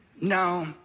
No